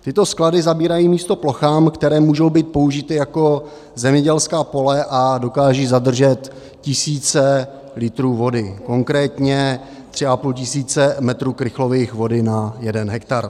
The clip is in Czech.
Tyto sklady zabírají místo plochám, které můžou být použity jako zemědělská pole a dokážou zadržet tisíce litrů vody, konkrétně 3,5 metru krychlového vody na jeden hektar.